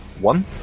One